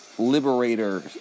liberator